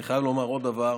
אני חייב לומר עוד דבר: